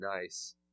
nice